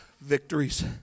victories